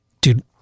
dude